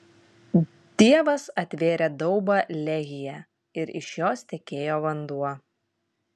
dievas atvėrė daubą lehyje ir iš jos tekėjo vanduo